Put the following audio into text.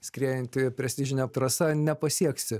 skriejantį prestižine trasa nepasieksi